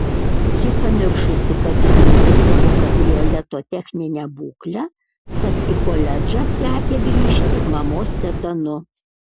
ji pamiršusi patikrinti savo kabrioleto techninę būklę tad į koledžą tekę grįžti mamos sedanu